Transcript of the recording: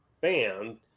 band